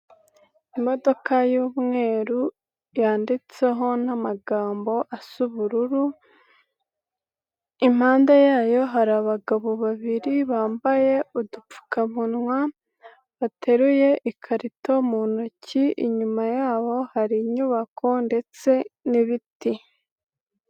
Imodoka y'umweru yanditseho n'amagambo asa ubururu, impanda yayo hari abagabo babiri bambaye udupfukamunwa bateruye ikarito mu ntoki, inyuma yabo hari inyubako ndetse n'ibiti.